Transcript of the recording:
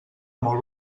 molt